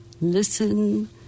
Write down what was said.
Listen